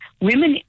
women